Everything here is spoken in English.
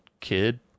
kid